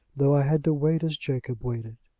though i had to wait as jacob waited.